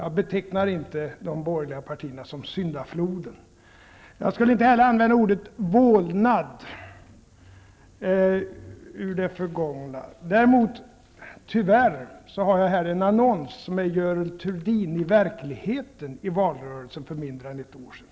Jag betecknar inte de borgerliga partierna som syndafloden. Inte heller skulle jag använda uttrycket ''vålnad från det förgångna''. Jag har här en annons med Görel Thurdin i verkligheten. Det gäller valrörelsen för mindre än ett år sedan.